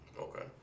Okay